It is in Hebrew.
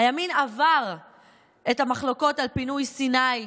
הימין עבר את המחלוקות על פינוי סיני,